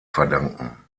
verdanken